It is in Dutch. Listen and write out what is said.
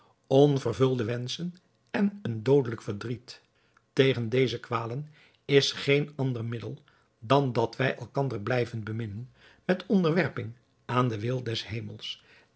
onvervulde wenschen en een doodelijk verdriet tegen deze kwalen is geen ander middel dan dat wij elkander blijven beminnen met onderwerping aan den wil des hemels